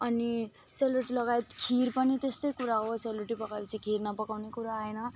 अनि सेलरोटी लगायत खिर पनि त्यस्तै कुरा हो सेलरोटी पकाएपछि खिर नपकाउने कुरो आएन